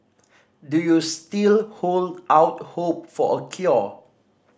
do you still hold out hope for a cure